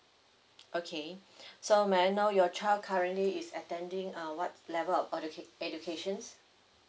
okay so may I know your child currently is attending uh what level of educa~ educations